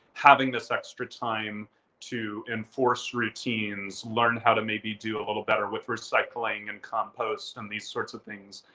having this extra time to enforce routines, learn how to maybe do a little better with recycling and compost and these sorts of things,